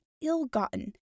ill-gotten